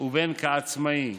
ובין כעצמאי.